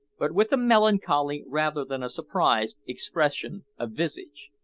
but with a melancholy, rather than a surprised, expression of visage.